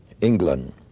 England